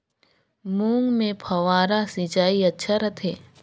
मूंग मे फव्वारा सिंचाई अच्छा रथे?